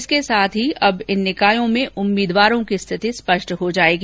इसके साथ ही अब इन निकायों में उम्मीदवारों की स्थिति स्पष्ट हो जायेगी